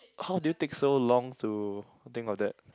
how do you think so long to think about that